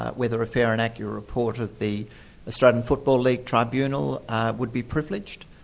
ah whether a fair and accurate report of the australian football league tribunal would be privileged.